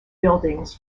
buildings